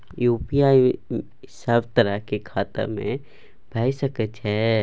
UPI सब तरह के खाता में भय सके छै?